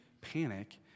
panic